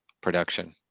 production